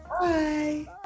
Bye